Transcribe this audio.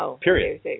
period